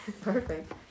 Perfect